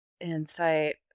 Insight